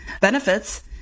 benefits